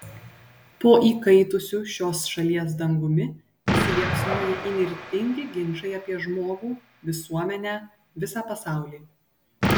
po įkaitusiu šios šalies dangumi įsiliepsnoja įnirtingi ginčai apie žmogų visuomenę visą pasaulį